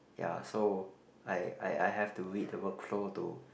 ya so I I I have to read the workflow to